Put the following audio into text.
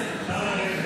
שלוש, שתיים,